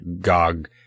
Gog